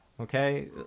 Okay